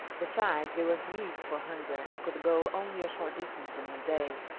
besides, they were weak from hunger and could go only a short distance in a day.